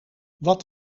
wat